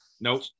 Nope